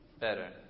better